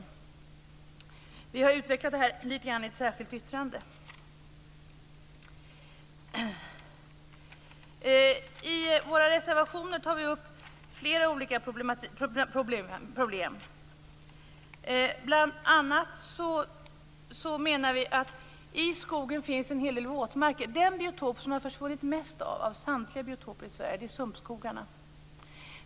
Detta har vi i Miljöpartiet utvecklat litet grand i ett särskilt yttrande. I våra reservationer tar vi upp flera olika problem. Bl.a. menar vi att det i skogen finns en hel del våtmarker. Den biotop av samtliga biotoper i Sverige som det försvunnit mest av är sumpskogen.